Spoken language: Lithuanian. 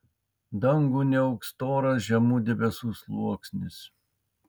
dangų niauks storas žemų debesų sluoksnis